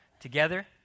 together